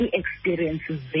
experiences